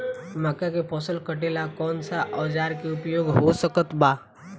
मक्का के फसल कटेला कौन सा औजार के उपयोग हो सकत बा?